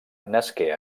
nasqué